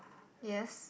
yes